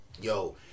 yo